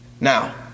Now